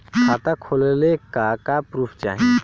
खाता खोलले का का प्रूफ चाही?